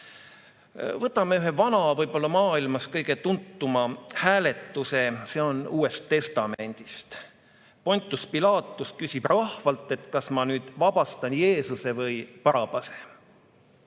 Võtame ühe vana, maailmas võib-olla kõige tuntuma hääletuse, see on Uuest Testamendist. Pontius Pilatus küsib rahvalt, kas ma vabastan Jeesuse või Barabase.